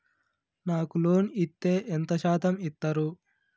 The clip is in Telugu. నాకు లోన్ ఇత్తే ఎంత శాతం ఇత్తరు?